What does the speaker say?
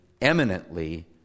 eminently